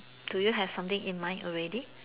do you have something in mind already